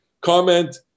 Comment